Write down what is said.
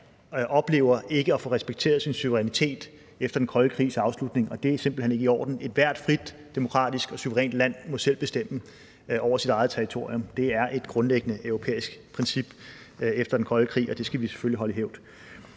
oplever ikke at få respekteret sin suverænitet efter den kolde krigs afslutning. Og det er simpelt hen ikke i orden. Ethvert frit, demokratisk og suverænt land må selv bestemme over sit eget territorium. Det er et grundlæggende europæisk princip efter den kolde krig, og det skal vi selvfølgelig holde i hævd.